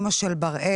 אמא של בראל,